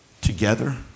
together